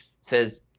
says